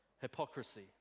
hypocrisy